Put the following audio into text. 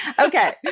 Okay